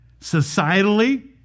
societally